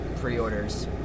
pre-orders